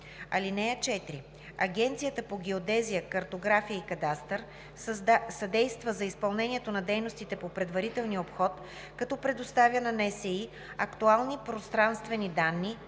община. (4) Агенцията по геодезия, картография и кадастър съдейства за изпълнението на дейностите по предварителния обход, като предоставя на НСИ актуални пространствени данни